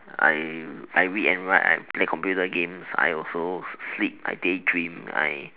I I read and write I play computer games I also sleep I daydream I